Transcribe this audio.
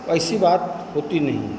ऐसी बात होती नहीं है